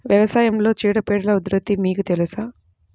వ్యవసాయంలో చీడపీడల ఉధృతి మీకు తెలుసా?